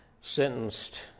sentenced